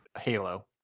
Halo